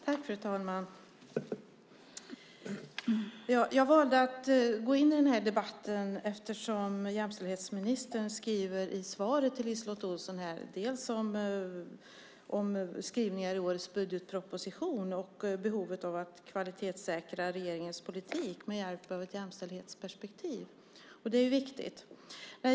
Fru talman! Jag valde att gå in i debatten eftersom jämställdhetsministern nämnde i sitt svar till LiseLotte Olsson skrivningar i årets budgetproposition och behovet av att kvalitetssäkra regeringens politik med hjälp av ett jämställdhetsperspektiv. Det är viktigt.